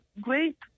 great